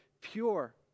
pure